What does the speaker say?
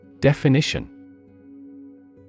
Definition